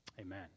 amen